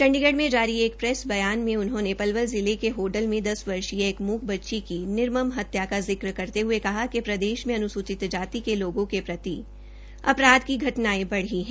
चंडीगढ में जारी एक प्रैस बयान में उन्होंने पलवल जिले के होडल में दस वर्षीय एक मूक बच्ची की निर्मम हत्या का जिक्र करते हये कहा कि प्रदेश मे अन्सूचित जाति के लोगों के प्रति अपराध की घानायें बढ़ी है